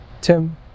tim